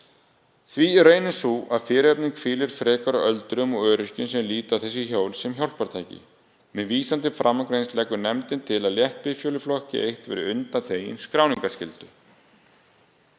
Því er raunin sú að fyrirhöfnin hvílir frekar á öldruðum og öryrkjum sem líta á þessi hjól sem hjálpartæki. Með vísan til framangreinds leggur nefndin til að létt bifhjól í flokki I verði undanþegin skráningarskyldu.